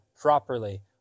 properly